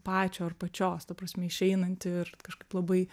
pačio ar pačios ta prasme išeinanti ir kažkaip labai